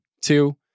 Two